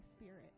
spirit